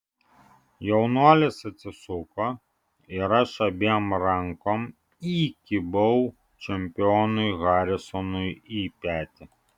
jaunuolis atsisuko ir aš abiem rankom įkibau čempionui harisonui į petį